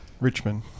Richmond